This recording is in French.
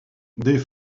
des